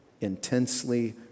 Intensely